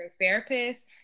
therapist